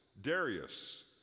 Darius